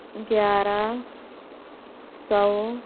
گیارہ سو